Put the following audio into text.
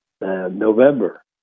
November